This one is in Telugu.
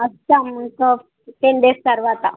వస్తాము ఇంకో టెన్ డేస్ తర్వాత